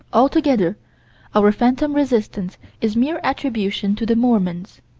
altogether our phantom resistance is mere attribution to the mormons,